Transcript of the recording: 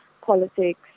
politics